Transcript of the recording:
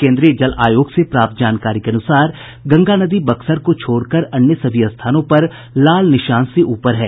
केन्द्रीय जल आयोग से प्राप्त जानकारी के अनुसार गंगा नदी बक्सर को छोड़कर अन्य सभी स्थानों पर लाल निशान से ऊपर है